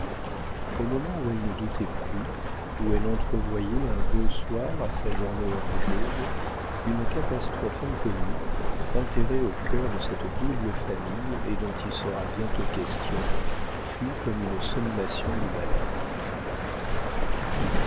au moment où elle ne doutait plus où elle entrevoyait un beau soir à sa journée orageuse une catastrophe inconnue enterrée au cœur de cette double famille et dont il sera bientôt question fut comme une sommation du malheur